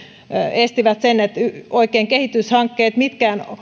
estivät sen että oikein mitkään kehitys ja